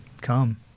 come